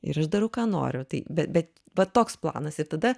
ir aš darau ką noriu tai bet va toks planas ir tada